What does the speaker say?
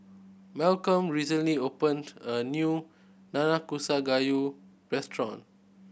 Malcom recently opened a new Nanakusa Gayu restaurant